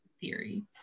theory